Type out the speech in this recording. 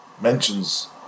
mentions